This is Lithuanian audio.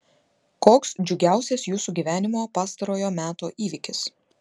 koks džiugiausias jūsų gyvenimo pastarojo meto įvykis